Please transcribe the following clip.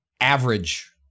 average